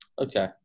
Okay